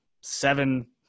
seven